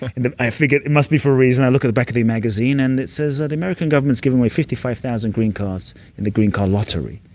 and i figured it must be for a reason. i look at the back of the magazine, and it says ah the american government's giving away fifty five thousand green cards in the green card lottery.